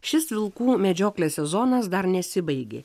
šis vilkų medžioklės sezonas dar nesibaigė